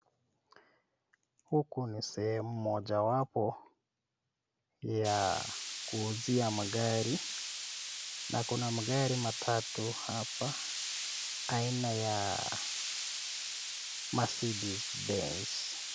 Huku ni sehemu mojawapo ya kuuzia magari na kuna magari matatu hapa aina ya Mercedes Benz.